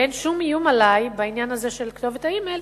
ואין שום איום עלי בעניין הזה, של כתובת האימייל,